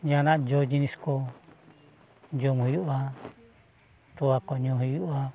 ᱡᱟᱦᱟᱱᱟᱜ ᱡᱚ ᱡᱤᱱᱤᱥ ᱠᱚ ᱡᱚᱢ ᱦᱩᱭᱩᱜᱼᱟ ᱛᱚᱣᱟ ᱠᱚ ᱧᱩ ᱦᱩᱭᱩᱜᱼᱟ